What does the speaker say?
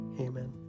Amen